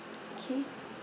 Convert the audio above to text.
okay